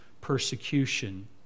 persecution